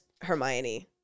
Hermione